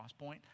Crosspoint